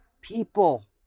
people